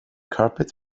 carpet